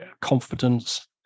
confidence